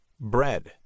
Bread